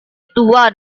tua